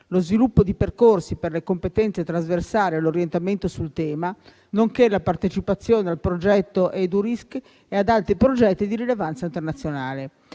lo sviluppo di percorsi per le competenze trasversali e l'orientamento sul tema, nonché la partecipazione al progetto «Edurisk» e ad altri progetti di rilevanza internazionale.